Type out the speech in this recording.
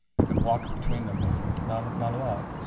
you could walk between them maybe, not not a lot.